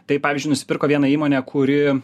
tai pavyžiui nusipirko vieną įmonę kuri